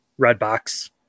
Redbox